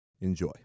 Enjoy